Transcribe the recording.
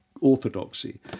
orthodoxy